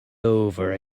over